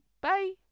Bye